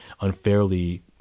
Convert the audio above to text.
unfairly